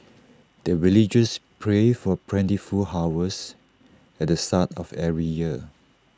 the villagers pray for plentiful harvest at the start of every year